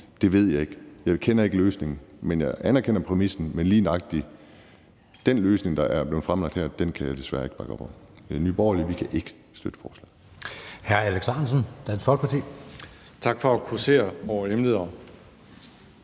med, ved jeg ikke. Jeg kender ikke løsningen. Jeg anerkender præmissen, men lige nøjagtig den løsning, der er blevet fremlagt her, kan jeg desværre ikke bakke op om. Så Nye Borgerlige kan ikke støtte forslaget.